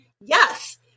Yes